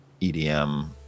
EDM